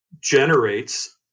generates